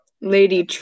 Lady